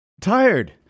tired